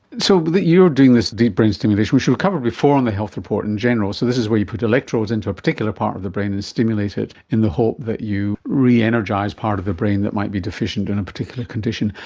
so you're doing this deep brain stimulation, which we've covered before on the health report in general, so this is where you put electrodes into a particular part of the brain and stimulate it in the hope that you re-energise part of the brain that might be deficient in a particular condition.